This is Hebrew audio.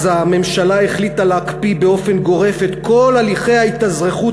אז הממשלה החליטה להקפיא באופן גורף את כל הליכי ההתאזרחות